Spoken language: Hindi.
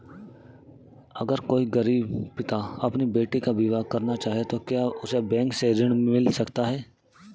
अगर कोई गरीब पिता अपनी बेटी का विवाह करना चाहे तो क्या उसे बैंक से ऋण मिल सकता है?